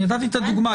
אני נתתי את הדוגמה,